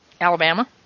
Alabama